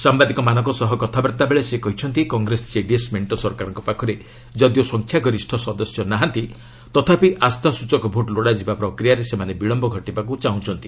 ସାମ୍ଭାଦିକମାନଙ୍କ ସହ କଥାବାର୍ତ୍ତାବେଳେ ସେ କହିଛନ୍ତି କଂଗ୍ରେସ ଜେଡିଏସ୍ ମେଣ୍ଟ ସରକାରଙ୍କ ପାଖରେ ଯଦିଓ ସଂଖ୍ୟାଗରିଷ୍ଠ ସଦସ୍ୟ ନାହାନ୍ତି ତଥାପି ଆସ୍ଥାସ୍ଟଚକ ଭୋଟ୍ ଲୋଡ଼ାଯିବା ପ୍ରକ୍ରିୟାରେ ସେମାନେ ବିଳମ୍ଭ ଘଟିବାକୁ ଚାହୁଛନ୍ତି